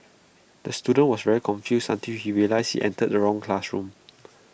the student was very confused until he realised he entered the wrong classroom